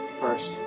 first